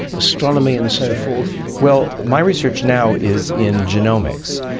astronomy and so forth? well, my research now is in genomics,